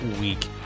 week